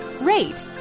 rate